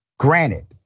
Granted